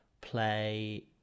play